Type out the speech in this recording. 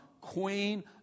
queen